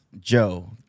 Joe